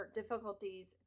difficulties